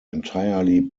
entirely